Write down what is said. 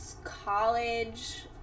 college